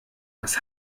was